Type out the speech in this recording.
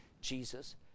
Jesus